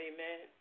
Amen